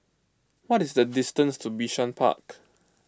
what is the distance to Bishan Park